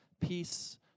Peace